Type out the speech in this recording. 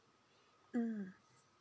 mm